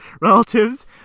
relatives